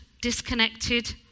disconnected